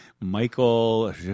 Michael